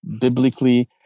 biblically